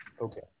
okay